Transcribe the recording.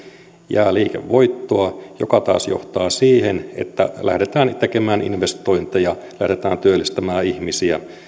jää liikevoittoa mikä taas johtaa siihen että lähdetään tekemään investointeja lähdetään työllistämään ihmisiä